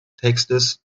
textes